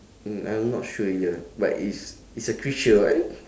mm I am not sure either but it's it's a creature [what]